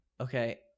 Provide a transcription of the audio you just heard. okay